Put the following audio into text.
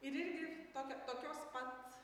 ir irgi tokio tokios pat